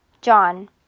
John